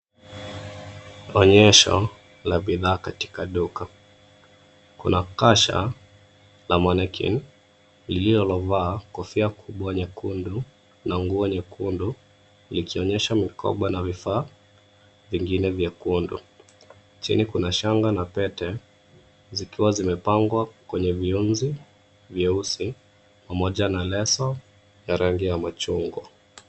Onyesho la bidhaa katika duka. Kuna kasha la mannequin lililovaa kofia kubwa nyekundu na nguo nyekundu likionyesha mikoba na vifaa vingine vya kuundwa. Chini kuna shanga na pete zikiwa zimepangwa kwenye viunzi nyeusi pamoja na lesso ya rangi ya machungwa.